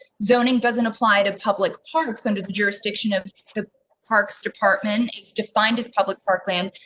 zoning doesn't apply to public parks under the jurisdiction of the parks department. is defined as public parkland,